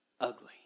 Ugly